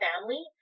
family